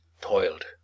Toiled